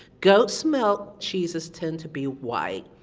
goat's milk cheeses tend to be white.